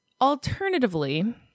alternatively